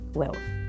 wealth